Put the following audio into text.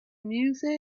music